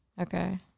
Okay